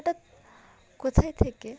একটা কোথায় থেকে